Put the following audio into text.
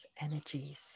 energies